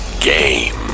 game